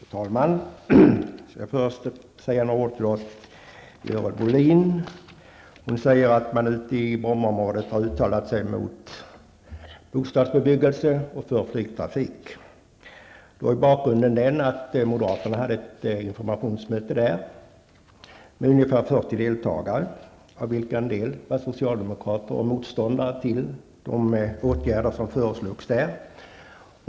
Fru talman! Jag skall först säga några ord till Görel Bohlin. Hon säger att man har uttalat sig mot bostadsbebyggelse och för flygtrafik ute i Brommaområdet. Bakgrunden är den att moderaterna hade ett informationsmöte där med ungefär 40 deltagare, av vilka en del var socialdemokrater och motståndare till de åtgärder som föreslogs.